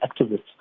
activists